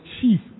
chief